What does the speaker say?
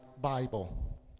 Bible